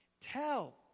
tell